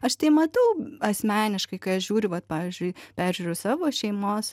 aš tai matau asmeniškai kai aš žiūriu vat pavyzdžiui peržiūriu savo šeimos